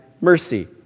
mercy